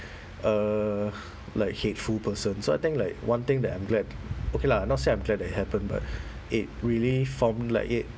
uh like hateful person so I think like one thing that I'm glad okay lah not say I'm glad that it happened but it really form like it